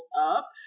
up